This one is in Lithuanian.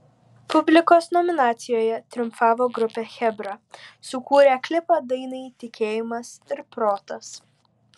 publikos nominacijoje triumfavo grupė chebra sukūrę klipą dainai tikėjimas ir protas